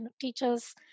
teachers